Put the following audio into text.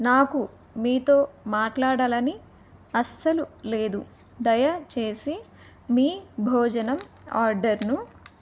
నాకు మీతో మాట్లాడాలని అస్సలు లేదు దయచేసి మీ భోజనం ఆర్డర్ను